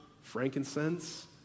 frankincense